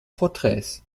porträts